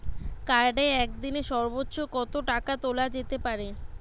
কার্ডে একদিনে সর্বোচ্চ কত টাকা তোলা যেতে পারে?